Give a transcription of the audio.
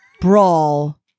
brawl